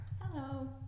Hello